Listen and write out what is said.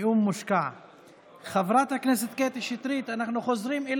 איתן, חבר הכנסת ארבל, יש בוסים.